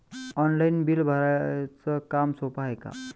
Online bill भराच काम सोपं हाय का?